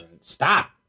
Stop